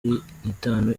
nitanu